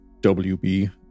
WB